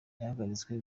yahagaritswe